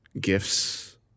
gifts